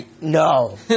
No